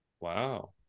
Wow